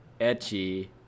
etchy